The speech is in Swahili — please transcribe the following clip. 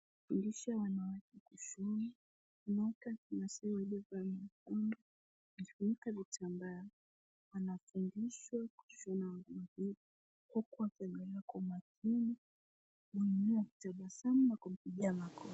Anafundisha wanawake kushona, wanawake na wazee waliovaa nyekundu wanajifunika vitambaa. Wanafundishwa kushona na wengine wakiwatazama kwa makini, wenyewe wakitabasamu na kumpigia makofi.